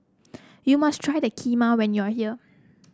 you must try the Kheema when you are here